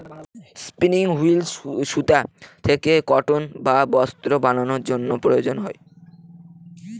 spinning wheel সুতা থেকে cotton বা বস্ত্র বানানোর জন্য প্রয়োজন হয়